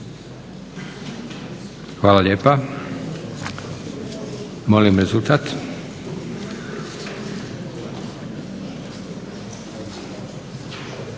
Hvala lijepa. Molim rezultat.